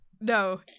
No